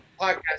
podcast